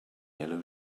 yellow